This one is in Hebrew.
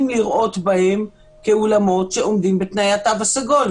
לראות בהם כאולמות שעומדים בתנאי התו הסגול,